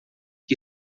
que